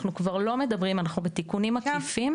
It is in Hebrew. אנחנו כבר לא מדברים, אנחנו בתיקונים עקיפים,